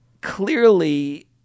clearly